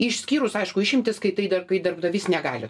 išskyrus aišku išimtis kai tai dar kai darbdavys negali